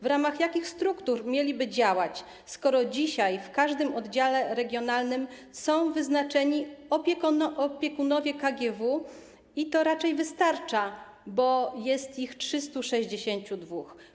W ramach jakich struktur mieliby oni działać, skoro dzisiaj w każdym oddziale regionalnym są wyznaczeni opiekunowie KGW i to raczej wystarcza, bo jest ich 362?